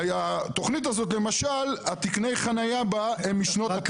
התוכנית הזאת למשל, תקני החניה בה הם משנות ה-90.